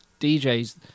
djs